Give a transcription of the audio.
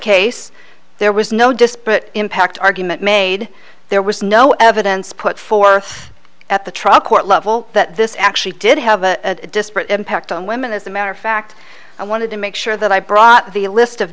case there was no disparate impact argument made there was no evidence put forth at the trial court level that this actually did have a disparate impact on women as a matter of fact i wanted to make sure that i brought the a list of